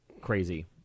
crazy